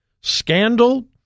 scandal